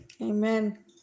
Amen